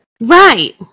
Right